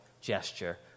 gesture